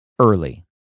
early